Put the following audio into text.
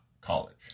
college